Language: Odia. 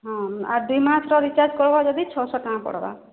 ହଁ ଆଉ ଦୁଇ ମାସ୍ର ରିଚାର୍ଜ୍ କରବା ଯାଦି ଛଅଶହ ଟଙ୍କା ପଡ଼ବା